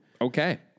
Okay